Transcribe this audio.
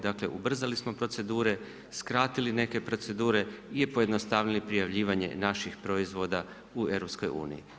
Dakle ubrzali smo procedure, skratili neke procedure i pojednostavili prijavljivanje naših proizvoda u EU.